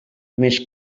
més